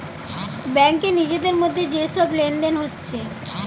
ব্যাংকে নিজেদের মধ্যে যে সব লেনদেন হচ্ছে